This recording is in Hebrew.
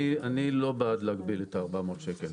אני לא בעד להגביל את ה-400 שקלים.